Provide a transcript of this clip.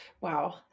Wow